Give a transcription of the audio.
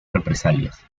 represalias